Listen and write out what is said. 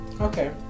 Okay